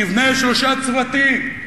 תבנה שלושה צוותים,